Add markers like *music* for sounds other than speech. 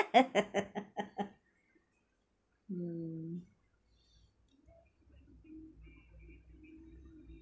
*laughs* um